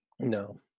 no